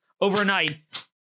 Overnight